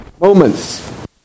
moments